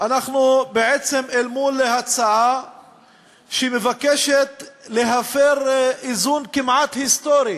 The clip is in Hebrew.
אנחנו בעצם מול הצעה שמבקשת להפר איזון כמעט היסטורי